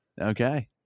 okay